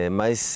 mas